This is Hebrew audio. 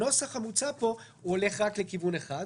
הנוסח המוצע פה הולך רק לכיוון אחד,